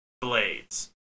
blades